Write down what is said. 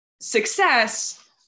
success